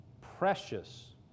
precious